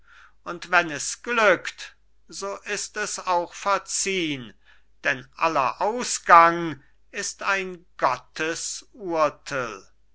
und wenn es glückt so ist es auch verziehn denn aller ausgang ist ein gottes urtel